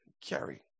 carry